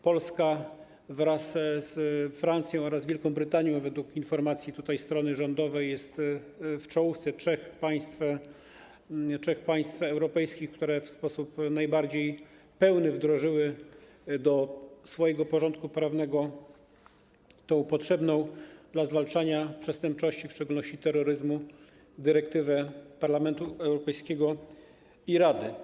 Polska - wraz z Francją oraz Wielką Brytanią - według informacji strony rządowej jest w czołówce trzech państw europejskich, które w sposób najpełniejszy wdrożyły do swojego porządku prawnego tę potrzebną do zwalczania przestępczości, w szczególności terroryzmu, dyrektywę Parlamentu Europejskiego i Rady.